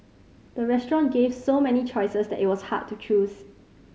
the restaurant gave so many choices that it was hard to choose